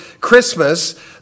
Christmas